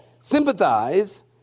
Sympathize